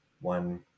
one